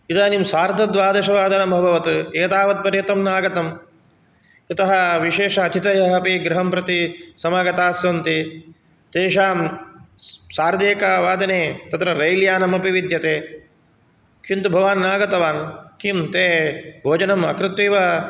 इदानीं सार्ध द्वादशवादनमभवत् एतावत् पर्यन्तं न आगतं यतः विशेष अथितयोः अपि गृहं प्रति समागतास्सन्ति तेषां सार्धेकवादने तत्र रैल् यानम् अपि विद्यते किन्तु भवान् नागतवान् किं ते भोजनं अकृत्वेव